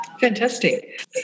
Fantastic